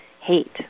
hate